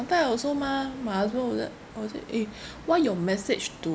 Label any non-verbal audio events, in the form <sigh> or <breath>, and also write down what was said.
that time I also mah my husband was that oh is it eh <breath> why your message to